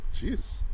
jeez